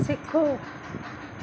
सिखो